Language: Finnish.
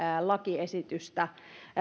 lakiesitystä